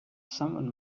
someone